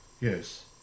yes